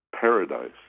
Paradise